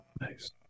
Nice